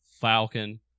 Falcon